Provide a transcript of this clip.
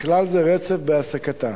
ובכלל זה רצף בהעסקתה.